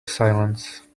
silence